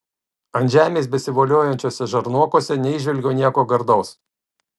ant žemės besivoliojančiuose žarnokuose neįžvelgiau nieko gardaus